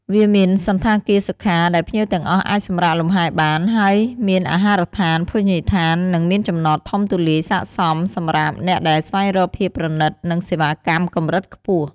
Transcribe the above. វាមានសណ្ឋាគារសុខា ដែលភ្ញៀវទាំងអស់អាចសម្រាកលំហែរបាន ហើយមានអាហារដ្ឋាន ភោជនីយដ្ឋាននិងមានចំណតធំទូលាយស័ក្តិសមសម្រាប់អ្នកដែលស្វែងរកភាពប្រណីត និងសេវាកម្មកម្រិតខ្ពស់។